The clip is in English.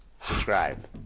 Subscribe